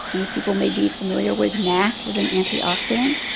many people may be familiar with nac as an antioxidant,